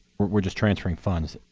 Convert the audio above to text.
we're just transferring funds.